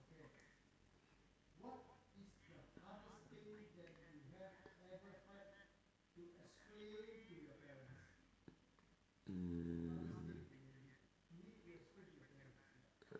mm